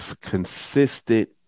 consistent